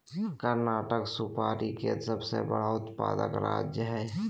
कर्नाटक सुपारी के सबसे बड़ा उत्पादक राज्य हय